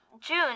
June